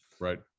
right